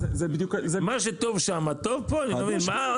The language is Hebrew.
מה שטוב שם טוב פה, אני לא מבין.